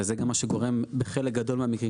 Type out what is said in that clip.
וזה גם מה שגורם בחלק גדול מהמקרים,